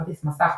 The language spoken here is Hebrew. כרטיס מסך,